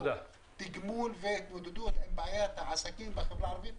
תגמול והתמודדות עם בעיית העסקים בחברה הערבית,